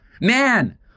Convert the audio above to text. man